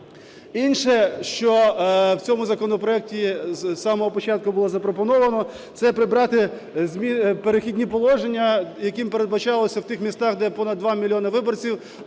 Інше, що в цьому законопроекті з самого початку було запропоновано це прибрати "Перехідні положення", якими передбачався в тих містах, де понад 2 мільйони виборців,